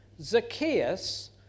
Zacchaeus